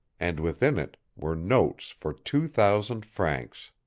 and within it were notes for two thousand francs.